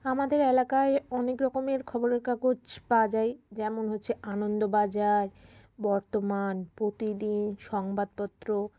আমাদের এলাকায় অনেক রকমের খবরের কাগজ পাওয়া যায় যেমন হচ্ছে আনন্দবাজার বর্তমান প্রতিদিন সংবাদপত্র